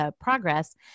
progress